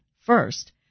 First